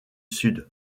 sud